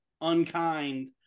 unkind